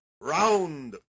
round